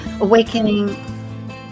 awakening